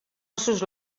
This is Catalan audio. ossos